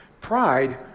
pride